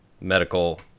medical